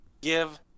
Give